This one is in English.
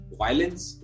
violence